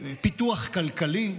פיתוח כלכלי.